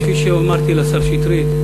כפי שאמרתי לשר שטרית,